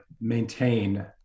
maintain